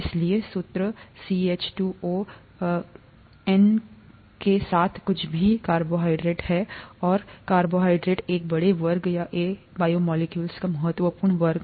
इसलिए सूत्र सीएच2ओएन केसाथ कुछ भीकार्बोहाइड्रेट है और कार्बोहाइड्रेट एक बड़े वर्ग या ए हैं बायोमोलेक्यूल्स का महत्वपूर्ण वर्ग